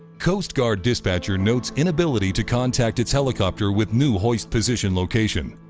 coast guard dispatcher notes inability to contact its helicopter with new hoist position location.